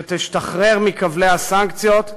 שתשתחרר מכבלי הסנקציות,